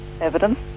evidence